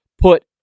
put